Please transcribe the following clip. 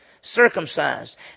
Circumcised